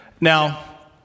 Now